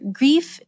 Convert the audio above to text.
grief